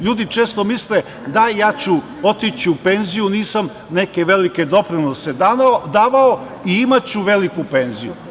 Ljudi često misle - da, ja ću otići u penziju, nisam neke velike doprinose davao i imaću veliku penziju.